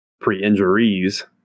Pre-injuries